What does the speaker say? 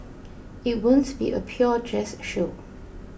it won't be a pure jazz show